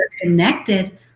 connected